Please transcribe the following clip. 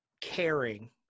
caring